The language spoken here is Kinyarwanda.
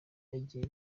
byagiye